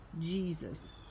jesus